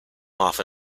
off